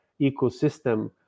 ecosystem